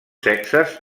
sexes